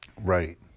right